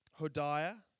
Hodiah